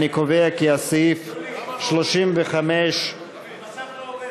אני קובע כי סעיף 35, הלחצן לא עובד.